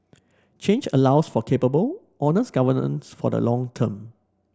change allows for capable honest governance for the long term